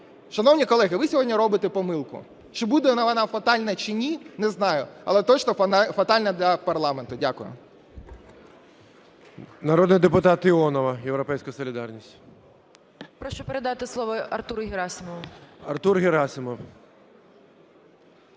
Шановні колеги, ви сьогодні робите помилку. Чи буде вона фатальною чи ні – не знаю, але точно вона фатальна для парламенту. Дякую.